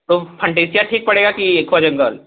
तो फनटेसिया ठीक पड़ेगा कि एक्वा जंगल